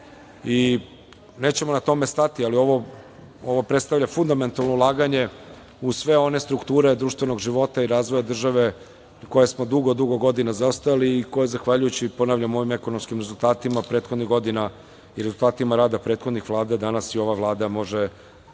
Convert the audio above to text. i nećemo na tome stati, ali ovo predstavlja fundamentalno ulaganje u sve one strukture društvenog života i razvoja države i koje smo dugo, dugo godina izostavili i koje zahvaljujući, ponavljam, ovim ekonomskim rezultatima prethodnih godina i rezultatima rada prethodnih vlada, danas i ova Vlada može